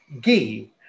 ghee